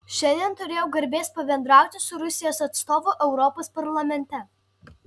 šiandien turėjau garbės pabendrauti su rusijos atstovu europos parlamente